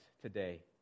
today